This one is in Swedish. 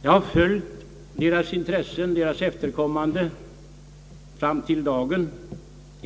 I